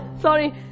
Sorry